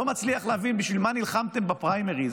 לא מצליח להבין בשביל מה נלחמתם בפריימריז,